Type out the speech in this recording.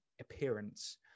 appearance